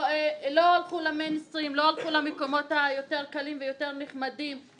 ארגוני הנוער לא הלכו לזרם המרכזי ולמקומות הקלים והנחמדים אלא